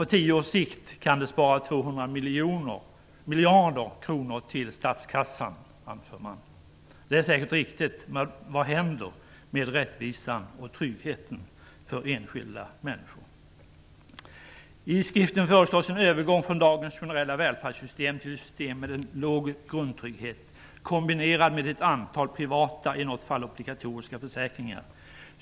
På tio års sikt kan det innebära en besparing på 200 miljarder kronor för statskassan, anser man. Det är säkert riktigt, men vad händer med rättvisan och tryggheten för enskilda människor? I skriften föreslås en övergång från dagens generella välfärdssystem till ett system med en låg grundtrygghet kombinerad med ett antal privata - i något fall obligatoriska - försäkringar.